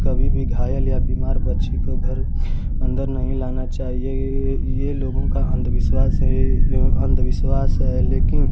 कभी भी घायल या बीमार पक्षी को घर अंदर नहीं लाना चाहिए ये ये ये लोगों का अन्धविश्वास है यह अन्धविश्वास लेकिन